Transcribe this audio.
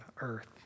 earth